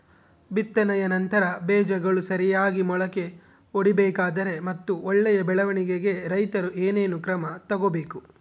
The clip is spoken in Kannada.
ಬಿತ್ತನೆಯ ನಂತರ ಬೇಜಗಳು ಸರಿಯಾಗಿ ಮೊಳಕೆ ಒಡಿಬೇಕಾದರೆ ಮತ್ತು ಒಳ್ಳೆಯ ಬೆಳವಣಿಗೆಗೆ ರೈತರು ಏನೇನು ಕ್ರಮ ತಗೋಬೇಕು?